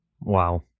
Wow